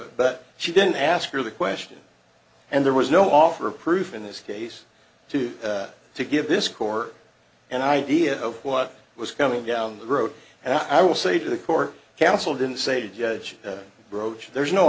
it but she didn't ask her the question and there was no offer proof in this case to to give this core an idea of what was coming down the road and i will say to the court counsel didn't say judge roach there's no